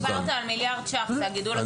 אבל אתמול דיברת על מיליארד ש"ח, זה הגידול הטבעי?